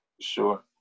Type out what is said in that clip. Sure